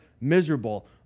miserable